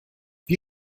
wie